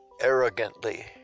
arrogantly